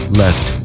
left